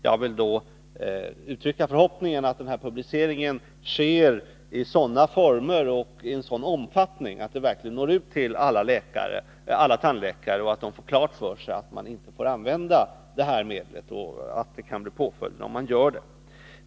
Jag vill då uttrycka förhoppningen att publiceringen sker i sådana former och i en sådan omfattning att den verkligen når ut till alla tandläkare så att de får klart för sig att man inte får använda detta medel, och att det kan bli påföljder om man gör det.